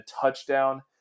touchdown